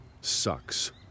sucks